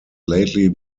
lately